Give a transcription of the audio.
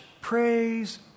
praise